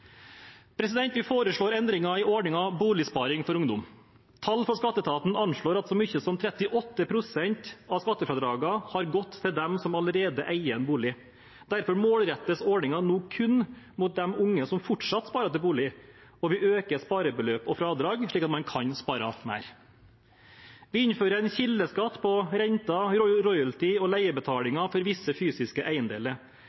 Vi foreslår endringer i ordningen Boligsparing for ungdom. Tall fra Skatteetaten anslår at så mye som 38 pst. av skattefradragene har gått til dem som allerede eier bolig. Derfor målrettes ordningen nå kun mot de unge som fortsatt sparer til bolig, og vi øker sparebeløp og fradrag slik at man kan spare mer. Vi innfører en kildeskatt på renter, royalty og